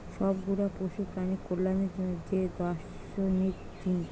সব গুলা পশু প্রাণীর কল্যাণের জন্যে যে দার্শনিক চিন্তা